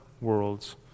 world's